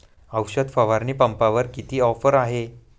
औषध फवारणी पंपावर किती ऑफर आहे?